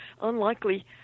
unlikely